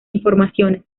informaciones